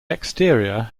exterior